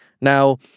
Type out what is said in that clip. Now